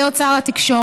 להיות שר התקשורת.